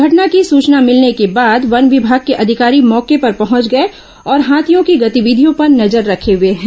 घटना की सूचना मिलने के बाद वन विभाग के अधिकारी मौके पर पहुंच गए हैं और हाथियों की गतिविधियों पर नजर रखे हुए हैं